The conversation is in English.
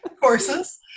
Courses